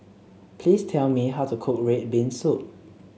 please tell me how to cook red bean soup